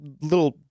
little